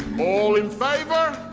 all in favor?